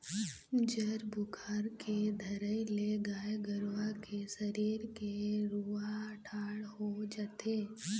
जर बुखार के धरई ले गाय गरुवा के सरीर के रूआँ ठाड़ हो जाथे